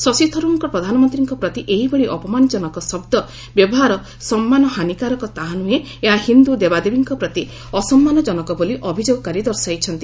ଶଶୀ ଥର୍ଚରଙ୍କ ପ୍ରଧାନମନ୍ତ୍ରୀଙ୍କ ପ୍ରତି ଏହିଭଳି ଅପମାନଜନକ ଶବ୍ଦ ବ୍ୟବହାର ସମ୍ମାନହାନୀକାରକ ତାହା ନୃହେଁ ଏହା ହିନ୍ଦୁ ଦେବାଦେବୀଙ୍କ ପ୍ରତି ଅସମ୍ମାନକନକ ବୋଲି ଅଭିଯୋଗକାରୀ ଦର୍ଶାଇଛନ୍ତି